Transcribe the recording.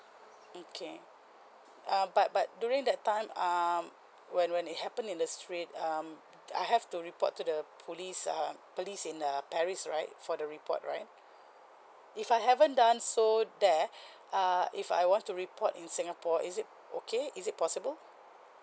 okay um but but during that time um when when it happened in the street um I have to report to the police uh police in uh paris right for the report right if I haven't done so there uh if I want to report in singapore is it okay is it possible